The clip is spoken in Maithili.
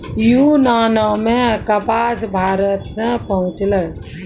यूनानो मे कपास भारते से पहुँचलै